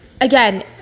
again